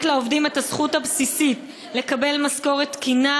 לעובדים את הזכות הבסיסית לקבל משכורת תקינה,